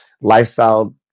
lifestyle